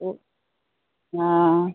तो हाँ